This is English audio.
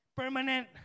permanent